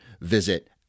visit